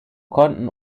konnten